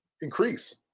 increase